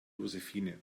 josephine